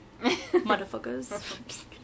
motherfuckers